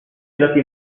andato